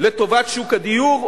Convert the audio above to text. לטובת שוק הדיור,